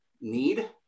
need